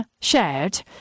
shared